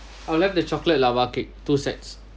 I will like the chocolate lava cake two sets